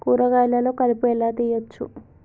కూరగాయలలో కలుపు ఎలా తీయచ్చు?